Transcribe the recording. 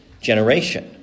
generation